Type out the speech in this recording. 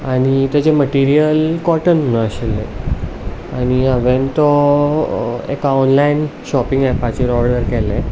आनी तेचें material cotton म्हणून आशिल्लें आनी हांवेन तो एका ऑनलायन शॉपिंग एपाचेर ऑर्डर केल्लें